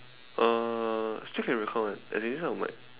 uh still can record [one] as in this kind of mic